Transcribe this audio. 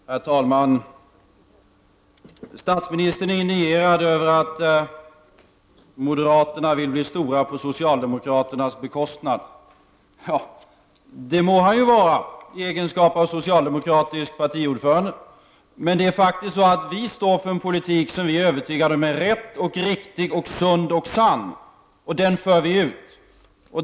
Herr talman! Statsministern är indignerad över att moderaterna vill bli stora på socialdemokraternas bekostnad. Ja, det må han ju vara i egenskap av socialdemokratisk partiordförande. Men det är faktiskt så att vi står för en politik som vi är övertygade om är rätt och riktig och sund och sann, och den för vi ut.